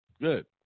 Good